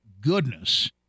goodness